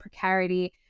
precarity